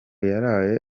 yaraye